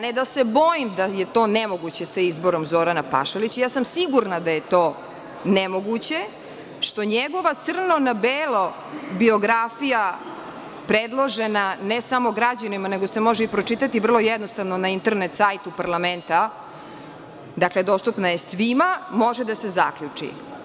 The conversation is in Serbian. Ne da se bojim da je to nemoguće sa izborom Zorana Pašalića, sigurna sam da je to nemoguće, što njegova crno na belo biografija predložena ne samo građanima, nego se može pročitati vrlo jednostavno na internet sajtu parlamenta, dakle, dostupna je svima, može da se zaključi.